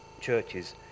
churches